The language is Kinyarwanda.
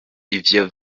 ivyo